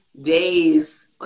days